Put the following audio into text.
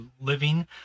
living